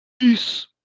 Peace